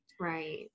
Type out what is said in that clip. Right